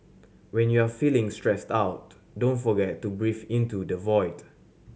when you are feeling stressed out don't forget to breathe into the void